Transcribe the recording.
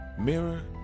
Mirror